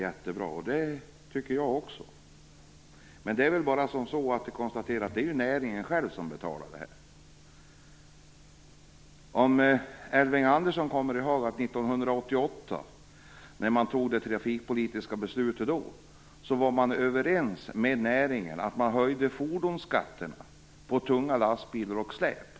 Också jag tycker det, men det är bara att konstatera att det är näringen själv som betalar detta. Som Elving Andersson kommer ihåg var man när det trafikpolitiska beslutet 1988 fattades överens med näringen om att höja fordonsskatterna på tunga lastbilar och släp.